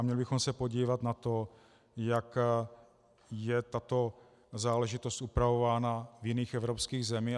Měli bychom se podívat na to, jak je tato záležitost upravována v jiných evropských zemích.